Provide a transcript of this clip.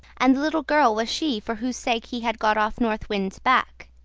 and the little girl was she for whose sake he had got off north wind's back.